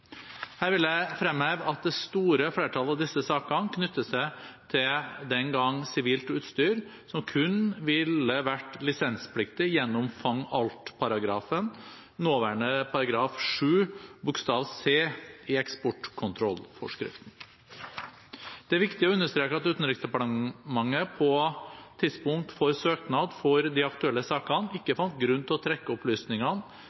Her vil jeg fremheve at det store flertallet av disse sakene knytter seg til den gang sivilt utstyr som kun ville vært lisenspliktig gjennom fang-alt-paragrafen, nåværende § 7 c i eksportkontrollforskriften. Det er viktig å understreke at Utenriksdepartementet på tidspunkt for søknad for de aktuelle sakene ikke